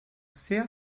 sehr